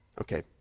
Okay